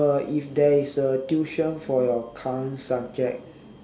uh if there is a tuition for your current subject